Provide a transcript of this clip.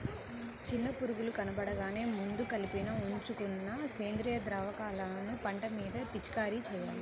చిన్న పురుగులు కనబడగానే ముందే కలిపి ఉంచుకున్న సేంద్రియ ద్రావకాలను పంట మీద పిచికారీ చెయ్యాలి